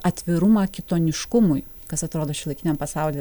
atvirumą kitoniškumui kas atrodo šiuolaikiniam pasauly